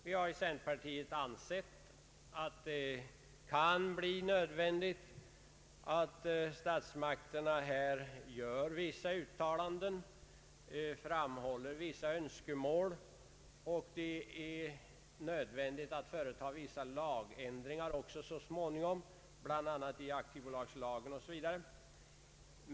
Vi har i centerpartiet ansett att det kan bli nödvändigt att statsmakterna gör vissa uttalanden och framhåller vissa önskemål. Det är nödvändigt att också så småningom företa vissa lagändringar, bl.a. i aktiebolagslagen.